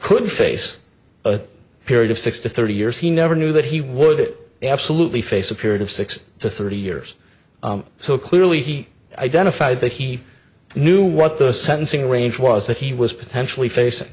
could face a period of six to thirty years he never knew that he would absolutely face a period of six to thirty years so clearly he identified that he knew what the sentencing range was that he was potentially facing